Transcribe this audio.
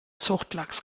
zuchtlachs